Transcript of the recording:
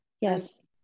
Yes